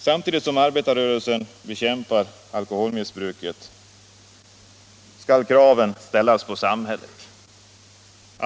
Samtidigt som arbetarrörelsen bekämpar alkoholmissbruket måste krav ställas på samhället.